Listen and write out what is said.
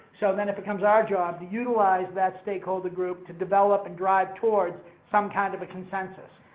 so then it becomes our job to utilize that stakeholder group to develop and drive towards some kind of a consensus.